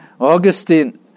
Augustine